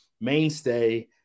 mainstay